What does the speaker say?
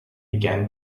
began